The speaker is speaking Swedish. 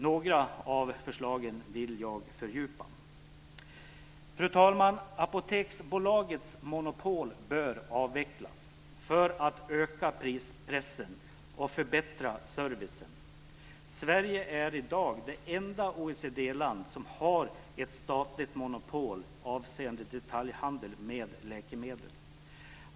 Några av förslagen vill jag fördjupa genomgången av. Fru talman! Apoteksbolagets monopol bör avvecklas för att öka prispressen och förbättra servicen. Sverige är i dag det enda OECD-land som har ett statligt monopol avseende detaljhandel med läkemedel.